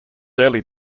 early